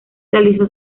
realizó